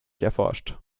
erforscht